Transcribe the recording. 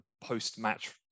post-match